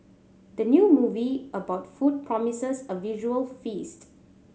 the new movie about food promises a visual feast